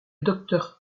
docteur